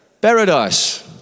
paradise